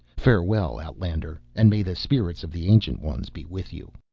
farewell, outlander, and may the spirits of the ancient ones be with you.